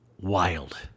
wild